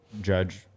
judge